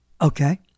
Okay